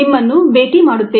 ನಿಮ್ಮನ್ನು ಭೇಟಿ ಮಾಡುತ್ತೇನೆ